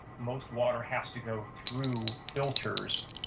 most water has to go through filters,